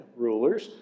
rulers